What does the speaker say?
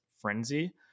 frenzy